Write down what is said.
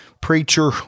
preacher